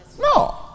No